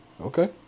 Okay